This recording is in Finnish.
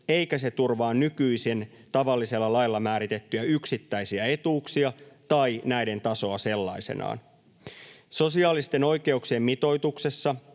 eikä se turvaa nykyisin tavallisella lailla määritettyjä yksittäisiä etuuksia tai näiden tasoa sellaisenaan. Sosiaalisten oikeuksien mitoituksessa